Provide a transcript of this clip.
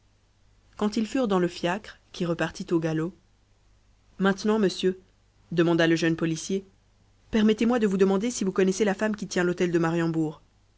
quand ils furent dans le fiacre qui repartit au galop maintenant monsieur demanda le jeune policier permettez-moi de vous demander si vous connaissez la femme qui tient l'hôtel de mariembourg